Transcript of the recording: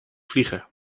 vliegen